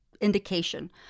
indication